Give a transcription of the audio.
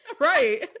Right